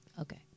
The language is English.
Okay